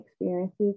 experiences